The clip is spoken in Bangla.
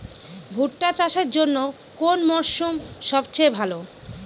ভুট্টা চাষের জন্যে কোন মরশুম সবচেয়ে ভালো?